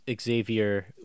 Xavier